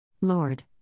Lord